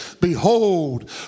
behold